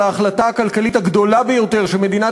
על ההחלטה הכלכלית הגדולה ביותר שמדינת